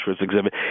exhibit